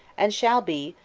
and shall be,